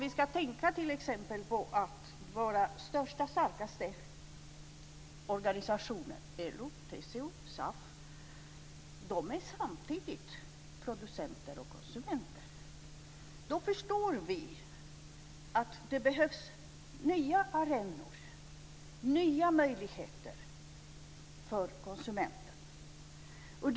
Låt oss tänka på att våra största och starkaste organisationer, LO, TCO, SAF, samtidigt är producenter och konsumenter. Då förstår vi att det behövs nya arenor, nya möjligheter för konsumenterna.